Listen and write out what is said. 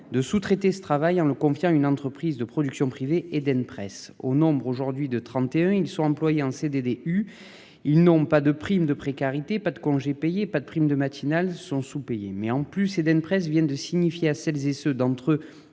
de sous-traiter ce travail en le confiant à une entreprise de production privée Eden presse au nombre aujourd'hui de 31. Ils sont employés en CDD eu ils n'ont pas de prime de précarité, pas de congés payés, pas de prime de matinale sont sous-payés mais en plus Eden presse viennent de signifier à celles et ceux d'entre eux